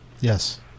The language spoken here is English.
Yes